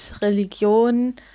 Religion